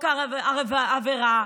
חוק העבירה.